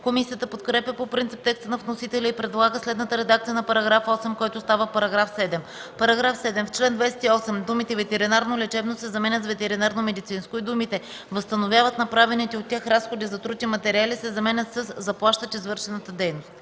Комисията подкрепя по принцип текста на вносителя и предлага следната редакция на § 8, който става § 7: „§ 7. В чл. 28 думите „ветеринарно лечебно” се заменят с „ветеринарномедицинско” и думите „възстановяват направените от тях разходи за труд и материали” се заменят със „заплащат извършената дейност”.”